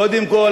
קודם כול,